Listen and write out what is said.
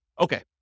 Okay